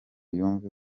yumve